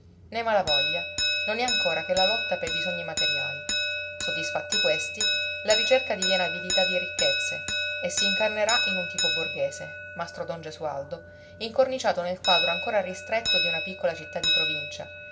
nei malavoglia non è ancora che la lotta pei bisogni materiali soddisfatti questi la ricerca diviene avidità di ricchezze e si incarnerà in un tipo borghese mastro don gesualdo incorniciato nel quadro ancora ristretto di una piccola città di provincia